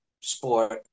sport